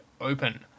open